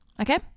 okay